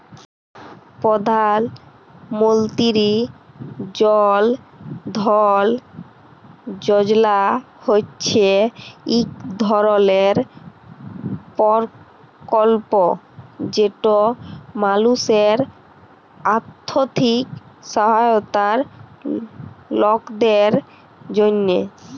পধাল মলতিরি জল ধল যজলা হছে ইক ধরলের পরকল্প যেট মালুসের আথ্থিক সহায়তার লকদের জ্যনহে